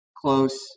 close